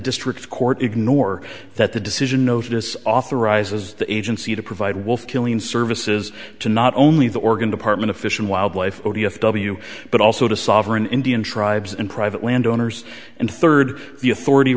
district court ignore that the decision notice authorizes the agency to provide wealth killing services to not only the organ department of fish and wildlife d f w but also to sovereign indian tribes and private landowners and third the authority